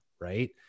right